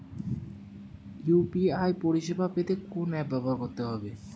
UPI পরিসেবা পেতে কোন অ্যাপ ব্যবহার করতে হবে?